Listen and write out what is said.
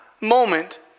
moment